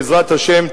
בעזרת השם,